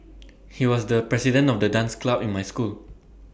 he was the president of the dance club in my school